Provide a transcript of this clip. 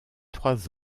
trois